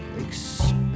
expect